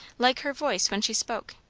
like her voice when she spoke.